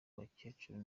bakecuru